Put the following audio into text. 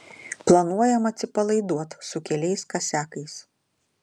planuojam atsipalaiduot su keliais kasiakais